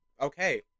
okay